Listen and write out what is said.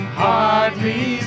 hardly